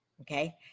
okay